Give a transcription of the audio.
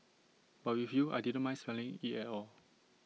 but with you I didn't mind smelling IT at all